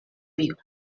vivo